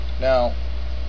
Now